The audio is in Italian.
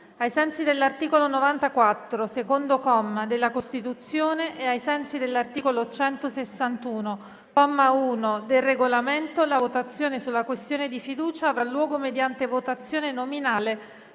ai sensi dell'articolo 94, secondo comma, della Costituzione e ai sensi dell'articolo 161, comma 1, del Regolamento, la votazione sulla questione di fiducia avrà luogo mediante votazione nominale